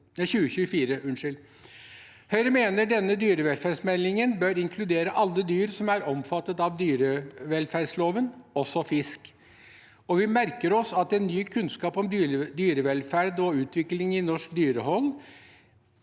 Høyre mener denne dyrevelferdsmeldingen bør inkludere alle dyr som er omfattet av dyrevelferdsloven, også fisk. Vi merker oss at ny kunnskap om dyrevelferd og utvikling i norsk dyrehold,